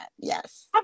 yes